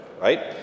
right